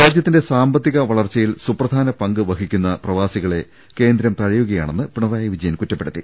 രാജ്യത്തിന്റെ സാമ്പത്തിക വളർച്ചയിൽ സുപ്രധാന പങ്കുവഹി ക്കുന്ന പ്രവാസികളെ കേന്ദ്രം തഴയുകയാണെന്ന് പിണറായി വിജ യൻ കുറ്റപ്പെടുത്തി